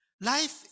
Life